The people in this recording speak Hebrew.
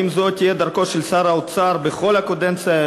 האם זו תהיה דרכו של שר האוצר בכל הקדנציה,